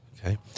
Okay